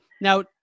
Now